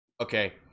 Okay